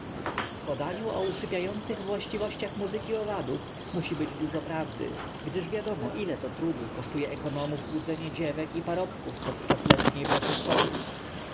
w podaniu o usypiających własnościach muzyki owadów musi być dużo prawdy gdyż wiadomo ile to trudu kosztuje ekonomów budzenie dziewek i parobków podczas letniej pracy w polu